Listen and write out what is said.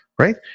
right